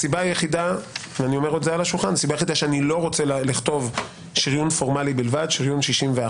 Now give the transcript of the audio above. הסיבה היחידה שאני לא רוצה לכתוב שריון פורמלי בלבד שריון 61